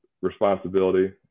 responsibility